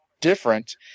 different